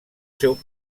seu